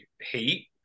hate